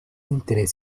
interés